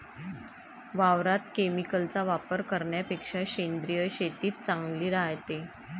वावरात केमिकलचा वापर करन्यापेक्षा सेंद्रिय शेतीच चांगली रायते